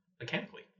Mechanically